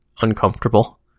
uncomfortable